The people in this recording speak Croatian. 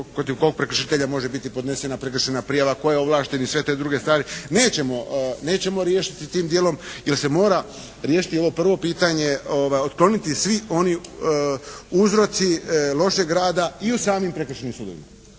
kog prekršitelja može biti podnesena prekršajna prijava, tko je ovlašten i sve te druge stvari, nećemo riješiti tim dijelom jer se mora riješiti ovo prvo pitanje, otkloniti svi oni uzroci lošeg rada i u samim prekršajnim sudovima.